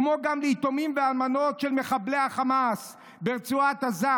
כמו גם ליתומים ואלמנות של מחבלי החמאס ברצועת עזה,